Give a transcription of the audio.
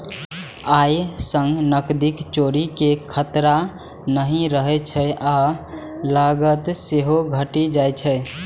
अय सं नकदीक चोरी के खतरा नहि रहै छै आ लागत सेहो घटि जाइ छै